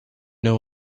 know